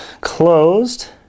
closed